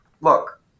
Look